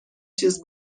چیز